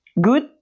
good